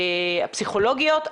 הפסיכולוגיות,